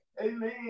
amen